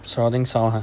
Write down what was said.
surrounding sound !huh!